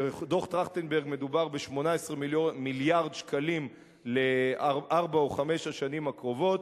בדוח-טרכטנברג מדובר ב-18 מיליארד שקלים לארבע או חמש השנים הקרובות.